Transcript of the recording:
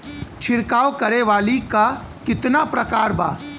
छिड़काव करे वाली क कितना प्रकार बा?